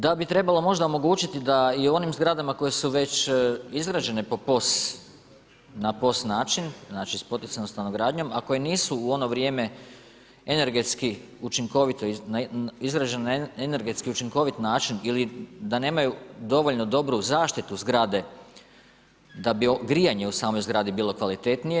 Da bi trebalo možda omogućiti da i u oni zgradama, koje su već izgrađene na POS način, znači s poticajnom stanogradnjom, ako je nisu u ono vrijeme, energetski, učinkovito, izraženo na energetski učinkovit način ili da nemaju dovoljno dobru zaštitu zgrade, da bi grijanje u samoj zgradi bilo kvalitetnije.